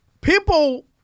people